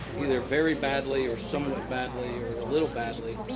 either very badly or somewhat badly or ah little badly,